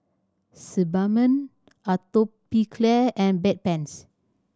Sebamed Atopiclair and Bedpans